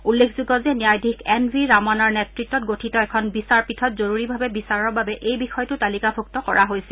উল্লেখযোগ্য যে ন্যায়াধীশ এন ভি ৰামনাৰ নেতৃত্ত গঠিত এখন বিচাৰপীঠত জৰুৰীভাৱে বিচাৰৰ বাবে এই বিষয়টো তালিকাভুক্ত কৰা হৈছিল